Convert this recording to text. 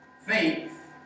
Faith